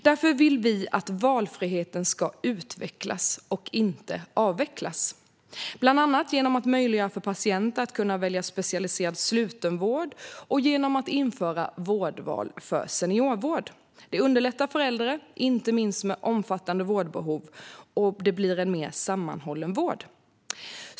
Därför vill vi att valfriheten ska utvecklas och inte avvecklas, bland annat genom att möjliggöra för patienten att välja specialiserad slutenvård och genom att införa vårdval för seniorvård. Det senare underlättar för äldre, inte minst för dem med omfattande vårdbehov, och det blir en mer sammanhållen vård.